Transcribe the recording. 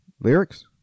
lyrics